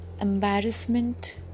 embarrassment